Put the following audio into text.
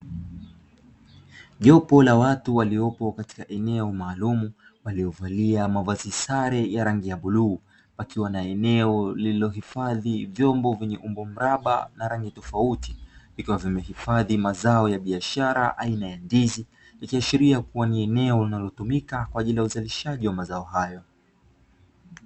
Jopo la watu waliopo katika eneo maalumu, waliovalia mavazi sare ya rangi ya bluu, wakiwa na eneo liliohifadhi vyombo vyenye umbo mraba na rangi tofauti, vikiwa vimehifadhi mazao ya biashara aina ya ndizi, ikiashiria kuwa ni eneo linalotumika kwa ajili ya uzalishaji wa mazao hayo.